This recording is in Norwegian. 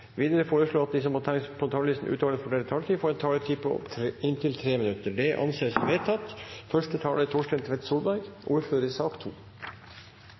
Videre foreslås det at de som måtte tegne seg på talerlisten utover den fordelte taletid, på en taletid på inntil 3 minutter. – Det anses vedtatt.